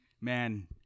Man